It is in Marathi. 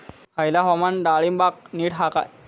हयला हवामान डाळींबाक नीट हा काय?